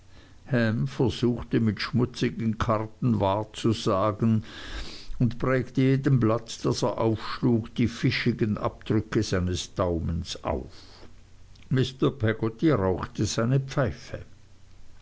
versuchte mit schmutzigen karten wahrzusagen und prägte jedem blatt das er aufschlug die fischigen abdrücke seines daumens auf mr peggotty rauchte seine pfeife